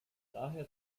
daher